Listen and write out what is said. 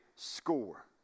score